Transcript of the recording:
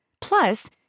Plus